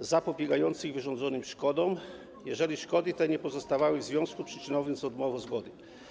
zapobiegających wyrządzonym szkodom, jeżeli szkody te nie pozostawały w związku przyczynowym z odmową zgody.